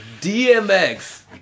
DMX